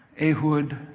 Ehud